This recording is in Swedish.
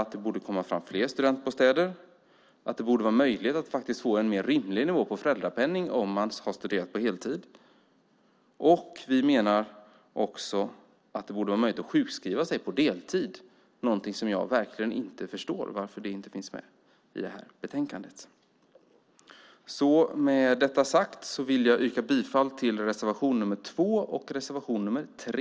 Vi menar att fler studentbostäder borde komma till, att det borde vara möjligt med en rimligare nivå på föräldrapenningen för dem som studerat på heltid samt att det borde vara möjligt att sjukskriva sig på deltid - varför det inte finns med i betänkandet förstår jag verkligen inte. Med detta yrkar jag bifall till reservationerna 2 och 3.